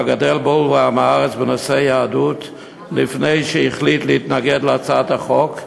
הגדל בור ועם-הארץ בנושאי יהדות לפני שהחליט להתנגד להצעת החוק?